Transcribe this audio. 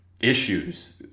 issues